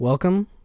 Welcome